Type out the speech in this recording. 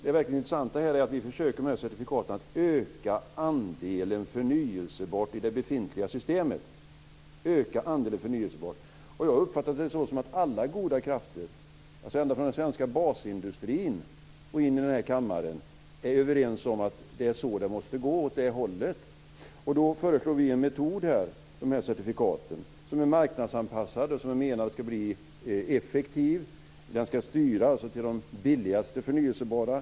Det verkligt intressanta är att vi med dessa certifikat försöker att öka andelen förnybar energi i det befintliga systemet. Jag uppfattar det så som att alla goda krafter, ända från den svenska basindustrin och in i kammaren, är överens om att det måste gå åt det hållet. Då föreslår vi en metod med dessa certifikat. De är marknadsanpassade och är menade att vara effektiva. De ska styra mot det billigaste förnybara energislaget.